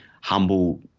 humble